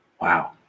Wow